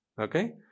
Okay